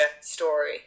story